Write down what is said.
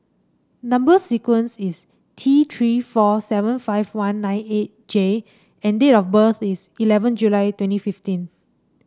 number sequence is T Three four seven five one nine eight J and date of birth is eleven July twenty fifteen